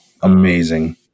Amazing